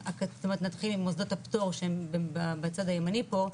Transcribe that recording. נתחיל עם מוסדות הפטור שהם בצד הימני פה,